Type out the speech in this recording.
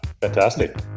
fantastic